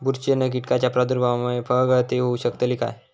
बुरशीजन्य कीटकाच्या प्रादुर्भावामूळे फळगळती होऊ शकतली काय?